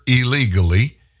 illegally